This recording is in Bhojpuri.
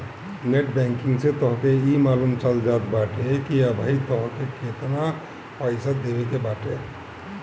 नेट बैंकिंग से तोहके इ मालूम चल जात बाटे की अबही तोहके केतना पईसा देवे के बाटे